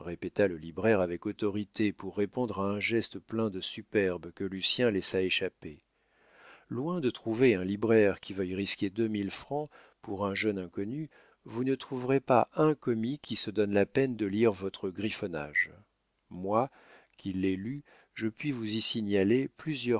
le libraire avec autorité pour répondre à un geste plein de superbe que lucien laissa échapper loin de trouver un libraire qui veuille risquer deux mille francs pour un jeune inconnu vous ne trouverez pas un commis qui se donne la peine de lire votre griffonnage moi qui l'ai lu je puis vous y signaler plusieurs